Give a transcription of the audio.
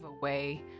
away